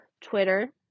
Twitter